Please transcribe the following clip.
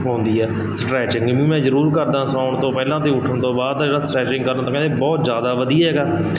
ਆਉਂਦੀ ਆ ਸਟਰੈਚਿੰਗ ਵੀ ਮੈਂ ਜ਼ਰੂਰ ਕਰਦਾ ਸੌਣ ਤੋਂ ਪਹਿਲਾਂ ਅਤੇ ਉੱਠਣ ਤੋਂ ਬਾਅਦ ਜਿਹੜਾ ਸਟੈਚਿੰਗ ਕਰਨਾ ਤਾਂ ਕਹਿੰਦੇ ਬਹੁਤ ਜ਼ਿਆਦਾ ਵਧੀਆ ਹੈਗਾ